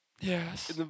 Yes